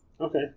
okay